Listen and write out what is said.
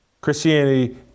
Christianity